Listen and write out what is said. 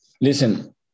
listen